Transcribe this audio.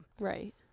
Right